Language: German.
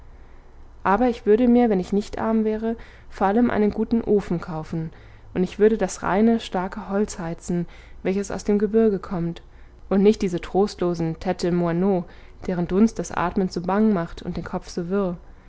aber ich würde mir wenn ich nicht arm wäre vor allem einen guten ofen kaufen und ich würde das reine starke holz heizen welches aus dem gebirge kommt und nicht diese trostlosen ttes de moineau deren dunst das atmen so bang macht und den kopf so wirr